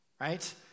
right